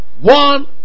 One